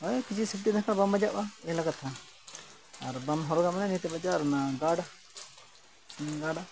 ᱦᱳᱭ ᱠᱤᱪᱷᱤ ᱥᱮᱯᱴᱤ ᱫᱟᱠᱟ ᱵᱟᱢ ᱵᱟᱡᱟᱜᱼᱟ ᱤᱱᱟᱹ ᱠᱟᱛᱷᱟ ᱟᱨ ᱵᱟᱢ ᱦᱚᱨᱚᱜᱟ ᱵᱟᱡᱟᱜᱼᱟ ᱟᱨ ᱚᱱᱟ ᱜᱟᱨᱰ ᱜᱟᱨᱰ